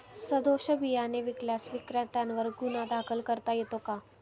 सदोष बियाणे विकल्यास विक्रेत्यांवर गुन्हा दाखल करता येतो का?